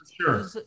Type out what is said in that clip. Sure